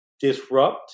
disrupt